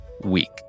week